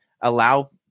allow